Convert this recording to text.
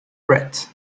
brett